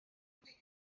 ndwi